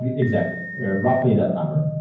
ah exactly roughly that number